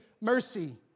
mercy